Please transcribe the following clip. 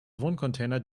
wohncontainer